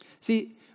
See